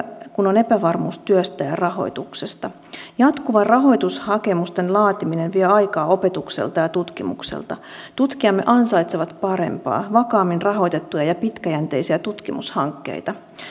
kun on epävarmuus työstä ja rahoituksesta jatkuva rahoitushakemusten laatiminen vie aikaa opetukselta ja tutkimukselta tutkijamme ansaitsevat parempaa vakaammin rahoitettuja ja ja pitkäjänteisiä tutkimushankkeita